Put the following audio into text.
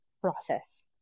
process